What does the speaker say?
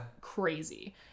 crazy